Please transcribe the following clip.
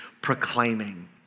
proclaiming